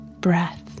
breath